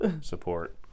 support